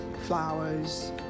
flowers